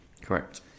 correct